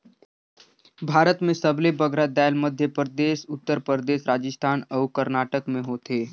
भारत में सबले बगरा दाएल मध्यपरदेस परदेस, उत्तर परदेस, राजिस्थान अउ करनाटक में होथे